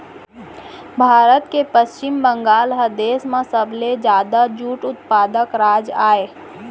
भारत के पस्चिम बंगाल ह देस म सबले जादा जूट उत्पादक राज अय